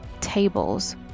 tables